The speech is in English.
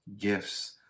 gifts